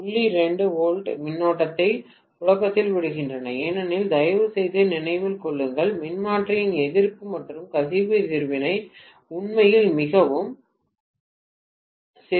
2 volt மின்னோட்டத்தை புழக்கத்தில் விடுகிறது ஏனெனில் தயவுசெய்து நினைவில் கொள்ளுங்கள் மின்மாற்றியின் எதிர்ப்பு மற்றும் கசிவு எதிர்வினை உண்மையில் மிகவும் சிறியது